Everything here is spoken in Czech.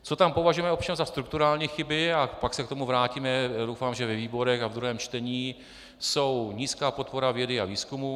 Co tam považujeme ovšem za strukturální chyby, a pak se k tomu vrátíme, doufám, ve výborech a v druhém čtení, je nízká podpora vědy a výzkumu.